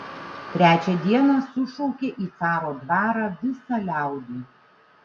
trečią dieną sušaukė į caro dvarą visą liaudį